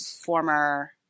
former